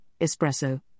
espresso